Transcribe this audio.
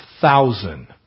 thousand